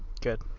Good